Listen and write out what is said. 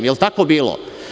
Je li tako bilo?